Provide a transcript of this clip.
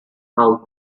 how